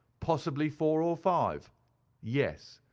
possibly four or five yes.